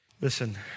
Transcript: Listen